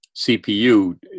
CPU